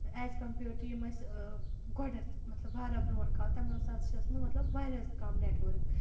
as compared to یِم ٲسۍ گۄڈٮ۪تھ مطلب واریاہ برٛونٛٹھ کال ساتہٕ چھِ ٲسمٕژ مطلب واریاہ حظ کَم نٮ۪ٹؤرٕک